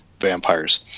vampires